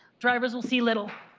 drivers will see little.